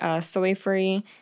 soy-free